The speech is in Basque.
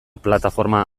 plataforma